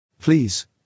Please